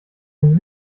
dem